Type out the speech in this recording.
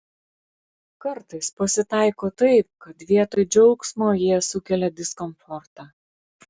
kartais pasitaiko taip kad vietoj džiaugsmo jie sukelia diskomfortą